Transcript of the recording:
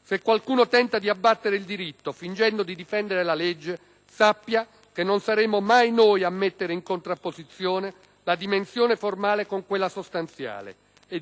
Se qualcuno tenta di abbattere il diritto fingendo di difendere la legge, sappia che non saremo mai noi a mettere in contrapposizione la dimensione formale con quella sostanziale, e